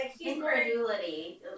incredulity